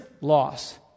loss